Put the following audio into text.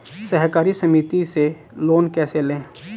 सहकारी समिति से लोन कैसे लें?